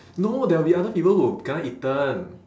no there'll be other people who kena eaten